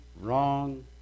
wrong